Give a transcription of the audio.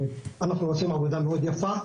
שאנחנו עושים עבודה מאד יפה,